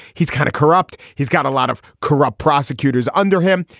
he's kind of corrupt. he's got a lot of corrupt prosecutors under him.